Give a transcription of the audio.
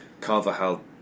Carvajal